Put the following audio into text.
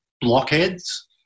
blockheads